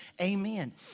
Amen